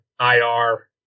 IR